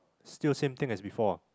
still same thing as before ah